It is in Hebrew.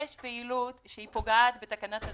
יש פעילות שפוגעת בתקנת הציבור,